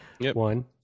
One